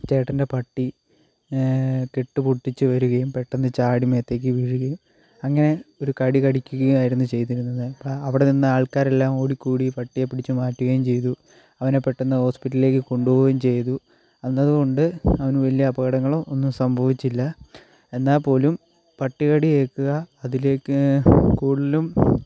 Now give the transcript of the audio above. ചേട്ടൻ്റെ പട്ടി കെട്ട് പൊട്ടിച്ച് വരുകയും പെട്ടെന്ന് ചാടി മേത്തേക്ക് വീഴുകയും അങ്ങനെ ഒരു കടി കടിക്കുകയുമായിരുന്നു ചെയ്തിരുന്നത് അപ്പോൾ അവിടെ നിന്ന ആൾക്കാരെല്ലാം ഓടിക്കൂടി പട്ടിയെ പിടിച്ചു മാറ്റുകയും ചെയ്തു അവനെ പെട്ടെന്ന് ഹോസ്പിറ്റലിലേക്ക് കൊണ്ടുപോകുകയും ചെയ്തു അന്ന് അതുകൊണ്ടു അവന് വലിയ അപകടങ്ങൾ ഒന്നും സംഭവിച്ചില്ല എന്നാൽ പോലും പട്ടികടി ഏൽക്കുക അതിലേക്ക് കൂടുതലും